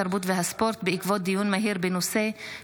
התרבות והספורט בעקבות דיון מהיר בהצעתם